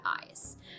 eyes